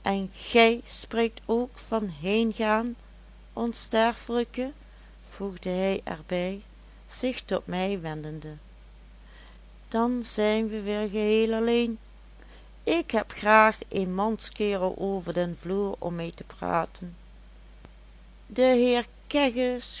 gij spreekt ook van heengaan onsterfelijke voegde hij er bij zich tot mij wendende dan zijn we weer geheel alleen ik heb graag een manskerel over den vloer om mee te praten